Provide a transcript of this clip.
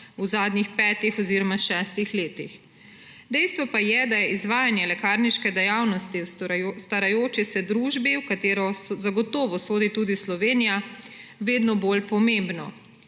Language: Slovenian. v zadnjih petih oziroma šestih letih. Dejstvo pa je, da je izvajanje lekarniške dejavnosti v starajoči se družbi, v katero zagotovo sodi tudi Slovenija, vedno bolj pomembno.